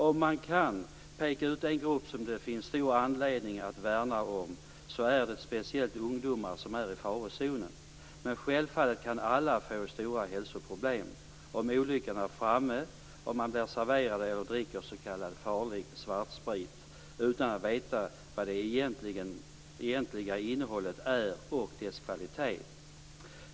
Om man kan peka ut en grupp som det finns stora anledningar att värna om, så är det speciellt ungdomar som är i farozonen, men självfallet kan alla få stora hälsoproblem om olyckan är framme då man blir serverad eller dricker s.k. farlig svartsprit utan att känna till vad det egentliga innehållet är och dess kvalitet.